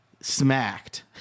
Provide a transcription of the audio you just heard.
Smacked